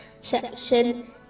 section